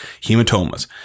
Hematomas